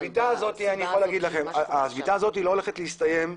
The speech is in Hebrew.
אני יכול להגיד לכם שהשביתה הזאת לא הולכת להסתיים.